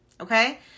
okay